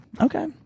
Okay